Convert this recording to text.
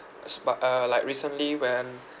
as but uh like recently when